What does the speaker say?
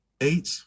Eight